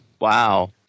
Wow